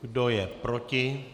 Kdo je proti?